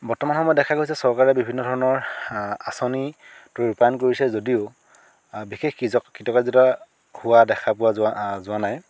বৰ্তমান সময়ত দেখা গৈছে চৰকাৰে বিভিন্ন ধৰণৰ আচঁনি ৰূপায়ণ কৰিছে যদিও বিশেষ কৃতকাৰ্যতা হোৱা দেখা পোৱা যোৱা যোৱা নাই